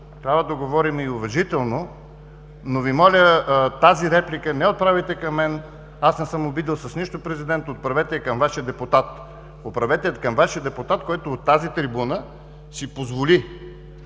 трябва да говорим и уважително, но Ви моля тази реплика не я отправяйте към мен, аз не съм обидил с нищо президента, отправете я към Вашия депутат. Отправете я към Вашия депутат, който от тази трибуна си позволи